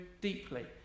deeply